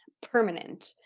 permanent